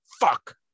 Fuck